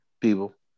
people